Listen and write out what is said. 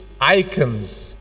icons